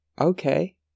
Okay